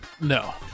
No